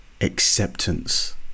acceptance